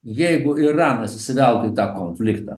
jeigu iranas įsiveltų į tą konfliktą